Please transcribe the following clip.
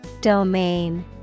Domain